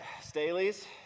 Staley's